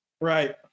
Right